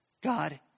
God